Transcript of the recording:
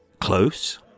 Close